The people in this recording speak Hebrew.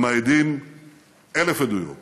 הם מעידים אלף עדויות